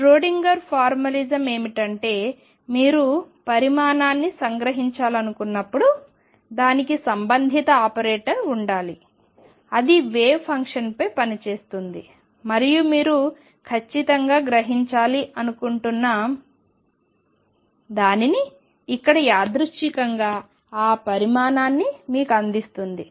Schrodinger formalism ఏమిటంటే మీరు పరిమాణాన్ని సంగ్రహించాలనుకున్నప్పుడు దానికి సంబంధిత ఆపరేటర్ ఉండాలి అది వేవ్ ఫంక్షన్పై పనిచేస్తుంది మరియు మీరు ఖచ్చితంగా గ్రహించాలి అనుకుంటున్న దానిని ఇక్కడ యాదృచ్ఛికంగా ఆ పరిమాణాన్ని మీకు అందిస్తుంది